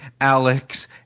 Alex